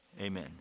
Amen